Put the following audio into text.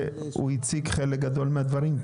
הציג חלק גדול מהדברים.